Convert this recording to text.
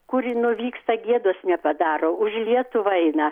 kur nuvyksta gėdos nepadaro už lietuvą eina